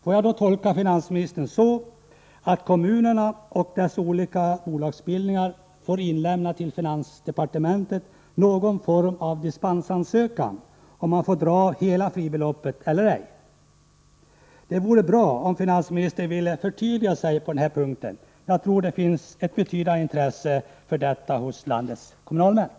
Får jag tolka finansministern så, att kommunerna och deras olika bolagsbildningar kan lämna in någon form av dispensansökan till finansdepartementet för att få besked om huruvida det går att dra av hela fribeloppet eller ej. Det vore bra om finansministern ville förtydliga sig på den punkten. Jag tror att det finns ett betydande intresse för detta hos landets kommunalmän.